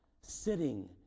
sitting